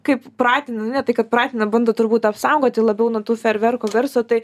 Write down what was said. kaip pratina ne tai kad pratina bando turbūt apsaugoti labiau nuo tų fejerverkų garso tai